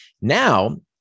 Now